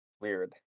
Weird